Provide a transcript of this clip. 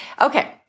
Okay